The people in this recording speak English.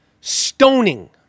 stoning